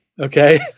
okay